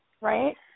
right